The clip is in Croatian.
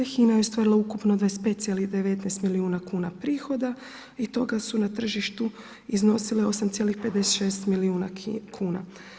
HINA je ostvarila ukupno 25,19 milijuna kuna prihoda i toga su na tržištu iznosile 8,56 milijuna kuna.